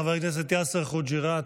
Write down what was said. חבר הכנסת יאסר חוג'יראת,